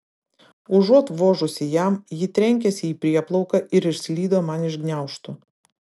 užuot vožusi jam ji trenkėsi į prieplauką ir išslydo man iš gniaužtų